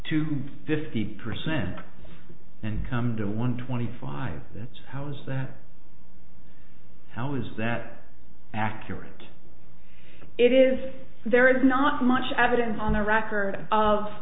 to fifty percent and come to one twenty five that's how is that how is that accurate it is there is not much evidence on the record of